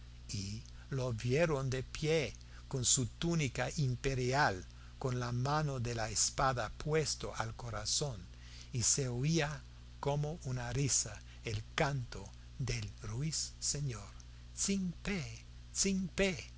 y lo vieron de pie con su túnica imperial con la mano de la espada puesta al corazón y se oía como una risa el canto del ruiseñor